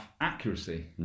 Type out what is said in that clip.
accuracy